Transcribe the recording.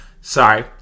Sorry